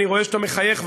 אני רואה שאתה מחייך,